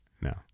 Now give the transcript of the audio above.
No